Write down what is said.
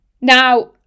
now